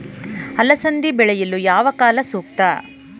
ಅಲಸಂದಿ ಬೆಳೆಯಲು ಯಾವ ಕಾಲ ಸೂಕ್ತ?